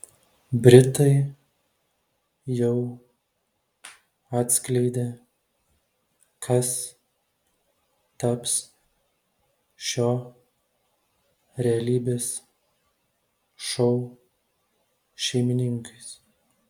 britai jau atskleidė kas taps šio realybės šou šeimininkais